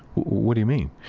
what do you mean?